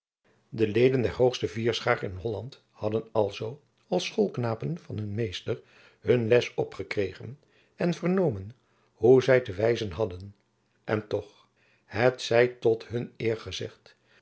de leden der hoogste vierschaar in holland hadden alzoo als schoolknapen van hun meester hun les opgekregen en vernomen hoe zy te wijzen hadden en toch het zij tot hun eer gezegd